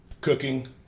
cooking